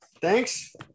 thanks